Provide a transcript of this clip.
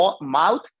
mouth